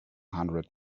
hundred